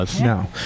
No